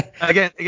Again